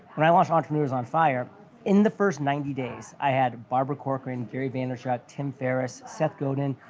when i launched entrepreneurs on fire in the first ninety days, i had barbara corcoran, gary vaynerchuk, tim ferriss, seth godin,